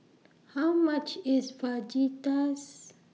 How much IS Fajitas